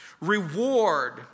reward